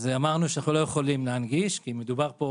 אמרנו שאנחנו לא יכולים להנגיש, כי מדובר פה